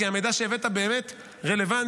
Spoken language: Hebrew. כי המידע שהבאת באמת רלוונטי,